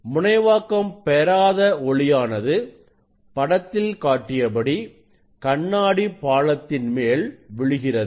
முனைவாக்கம் பெறாத ஒளியானது படத்தில் காட்டியபடி கண்ணாடி பாளத்தின் மேல் விழுகிறது